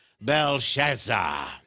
Belshazzar